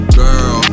girl